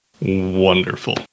Wonderful